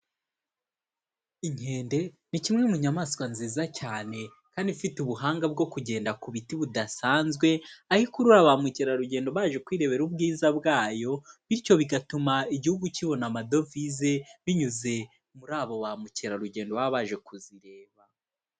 Inkende ni kimwe mu nyamaswa nziza cyane kandi ifite ubuhanga bwo kugenda ku biti budasanzwe, aho ikurura ba mukerarugendo baje kwirebera ubwiza bwayo, bityo bigatuma igihugu kibona amadovize binyuze muri abo ba mukerarugendo baba baje kuzireba.